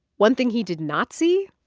one thing he did not see.